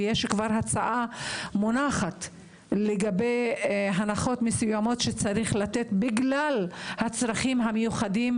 יש כבר הצעה שמונחת לגבי הנחות מסוימות שצריך לתת בגלל הצרכים המיוחדים,